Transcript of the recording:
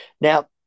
Now